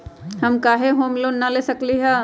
हम काहे home loan न ले सकली ह?